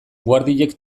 guardiek